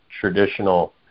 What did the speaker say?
traditional